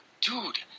Dude